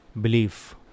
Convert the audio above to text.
belief